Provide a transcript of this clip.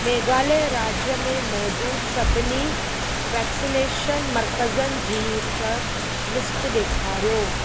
मेघालय राज्य में मौजूद सभिनी वैक्सनेशन मर्कज़नि जी हिकु लिस्ट ॾेखारियो